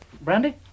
Brandy